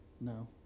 No